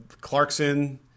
Clarkson